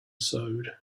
sewed